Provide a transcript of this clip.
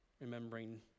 remembering